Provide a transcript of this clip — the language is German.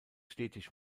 stetig